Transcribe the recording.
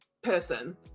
person